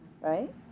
right